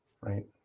Right